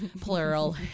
plural